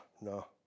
no